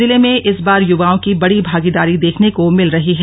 जिले में इस बार युवाओं की बड़ी भागीदारी देखने को मिल रही है